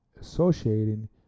associating